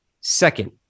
Second